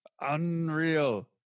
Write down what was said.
Unreal